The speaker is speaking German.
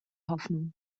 hoffnung